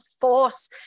force